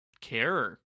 care